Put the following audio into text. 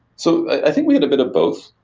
so i think we had a bit of both.